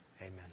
Amen